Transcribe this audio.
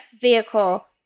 vehicle